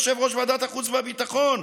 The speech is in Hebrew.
יושב-ראש ועדת החוץ והביטחון,